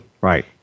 Right